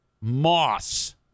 moss